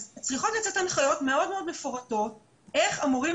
אז צריכות לצאת הנחיות מאוד מאוד מפורטות איך אמורים